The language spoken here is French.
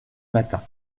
matin